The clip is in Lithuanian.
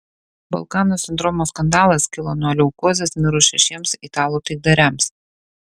balkanų sindromo skandalas kilo nuo leukozės mirus šešiems italų taikdariams